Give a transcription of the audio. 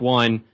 one